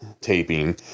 taping